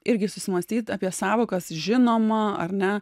irgi susimąstyt apie sąvokas žinoma ar ne